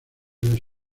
les